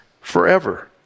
forever